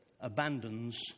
abandons